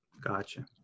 Gotcha